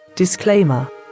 disclaimer